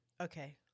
Okay